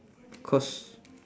cause